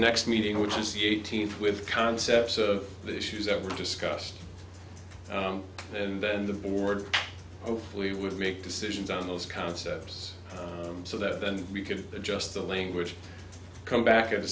next meeting which is the eighteenth with concepts of the issues that were discussed and then the board hopefully would make decisions on those concepts so that then we could adjust the language come back a